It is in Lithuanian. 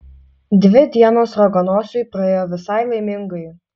dvi dienos raganosiui praėjo visai laimingai